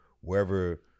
wherever